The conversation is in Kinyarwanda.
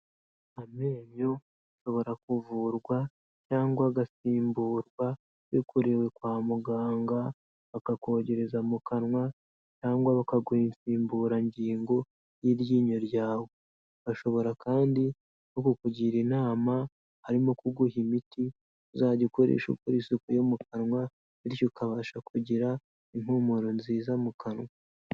Amenyo ashobora kuvurwa cyangwa agasimburwa bikorewe kwa muganga bakakogereza mu kanwa cyangwa bakaguha insimburangingo y'iryinyo ryawe, bashobora kandi no kukugira inama harimo kuguha imiti uzajya ukoresha ukora isuku yo mu kanwa bityo ukabasha kugira impumuro nziza mu kanwa.